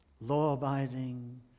law-abiding